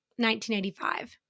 1985